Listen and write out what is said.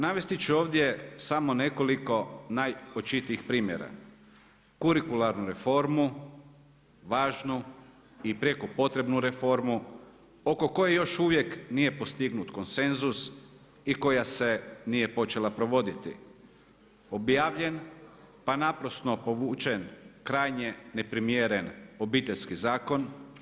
Navesti ću ovdje samo nekoliko najočitijih primjera: kurikularnu reformu, važnu i prijeko potrebnu reformu oko koje još uvijek nije postignut konsenzus i koja se nije počela provoditi, objavljen pa naprasno povučen krajnje neprimjeren Obiteljski zakon.